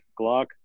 Glock